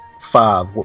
five